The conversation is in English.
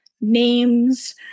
names